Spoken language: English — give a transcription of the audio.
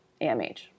AMH